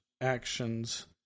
actions